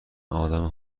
ادم